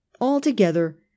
Altogether